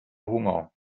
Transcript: hunger